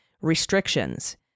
restrictions